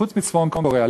חוץ מצפון-קוריאה.